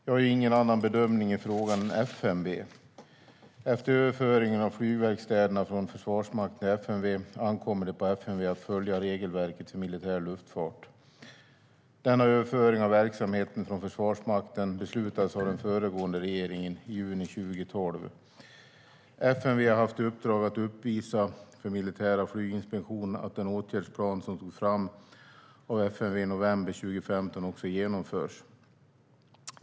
Jag gör ingen annan bedömning i frågan än FMV. Efter överföringen av flygverkstäderna från Försvarsmakten till FMV ankommer det på FMV att följa regelverket för militär luftfart, RML. Denna överföring av verksamhet från Försvarsmakten beslutades av den föregående regeringen i juni 2012. FMV har haft i uppgift att uppvisa för militära flyginspektionen att den åtgärdsplan som togs fram av FMV i november 2015 också genomförs.